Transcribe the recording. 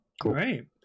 Great